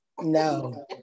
No